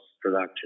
production